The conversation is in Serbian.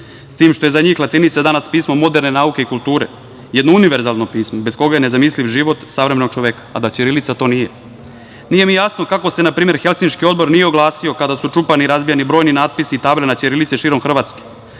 s tim što je latinica za njih danas pismo moderne nauke i kulture, jedno univerzalno pismo, bez koga je nezamisliv život savremenog čoveka, a da ćirilica to nije. Nije mi jasno kako se npr. Helsinški odbor nije oglasio kada su čupani i razbijani brojni natpisi i table na ćirilici širom Hrvatske,